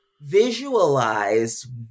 visualize